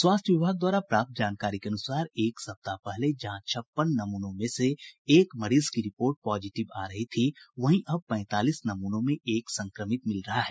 स्वास्थ्य विभाग द्वारा प्राप्त जानकारी के अनुसार एक सप्ताह पहले जहां छप्पन नमूनों में से एक मरीज की रिपोर्ट पॉजिटिव आ रही थीं वहीं अब पैंतालीस नमूनों में एक संक्रमित मिल रहा है